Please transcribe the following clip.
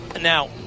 Now